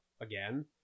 again